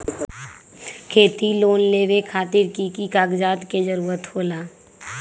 खेती लोन लेबे खातिर की की कागजात के जरूरत होला?